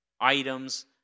items